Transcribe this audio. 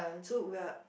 so we're